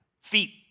feet